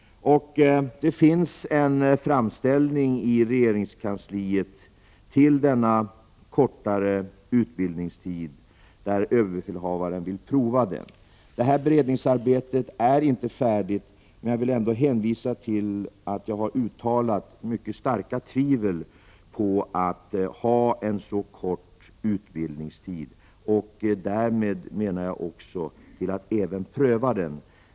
Det finns en framställan i regeringskansliet om att överbefälhavaren vill pröva den kortare utbildningstiden. Detta beredningsarbete är inte färdigt. Men jag vill ändå hänvisa till att jag har uttalat mycket starka tvivel om att ha en så kort utbildningstid, därmed menar jag också att pröva en sådan.